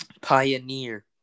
pioneer